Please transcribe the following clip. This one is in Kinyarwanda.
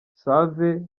save